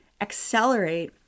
accelerate